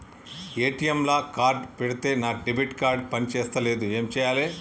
ATM లా card పెడితే నా డెబిట్ కార్డ్ పని చేస్తలేదు ఏం చేయాలే?